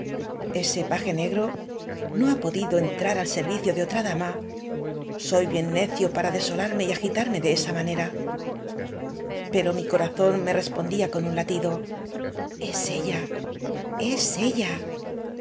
bse paje ne gro no ha podido entrar al servicio de otra da ma soy bien necio para desolarme y agitarme de esa manera pero mi corazón me respondía con un latido lis ella es ella